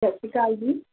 ਸਤਿ ਸ਼੍ਰੀ ਅਕਾਲ ਜੀ